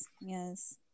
yes